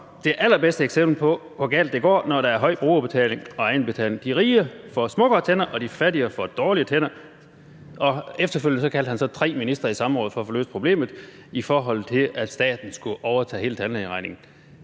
det allerbedste eksempel på, hvor galt det går, når der er en høj bruger- og egenbetaling. De rige får smukke tænder, og de fattige får dårlige tænder«. Efterfølgende kaldte han så tre ministre i samråd for at få løst problemet, i forhold til at staten skulle overtage hele tandlægeregningen.